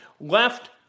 left